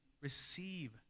receive